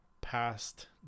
past